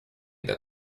that